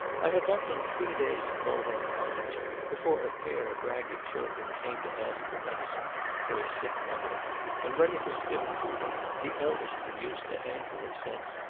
i had not been three days at mohawk-cottage before a pair of ragged children came to ask for medicine for a sick mother and when it was given to them, the eldest produced a handful of cents,